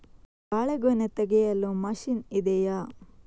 ಬಾಳೆಗೊನೆ ತೆಗೆಯಲು ಮಷೀನ್ ಇದೆಯಾ?